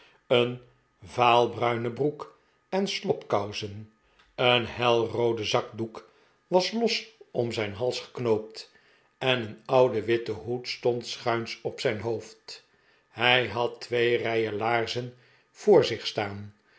een vaalbruinen broek en slobkousen een helroode zakdoek was los om zijn hals ge knoopt en een oude witte hoed stond schuins op zijn hoofd hij had twee rijen laarzen voor zich staan